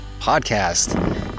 podcast